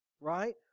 right